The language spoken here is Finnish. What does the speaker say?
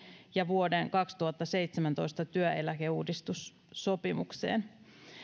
ja vuoden kaksituhattaseitsemäntoista työeläkeuudistussopimukseen